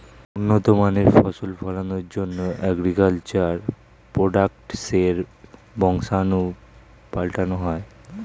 উন্নত মানের ফসল ফলনের জন্যে অ্যাগ্রিকালচার প্রোডাক্টসের বংশাণু পাল্টানো হয়